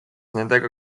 nendega